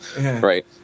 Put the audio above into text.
Right